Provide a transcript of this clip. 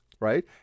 right